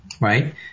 right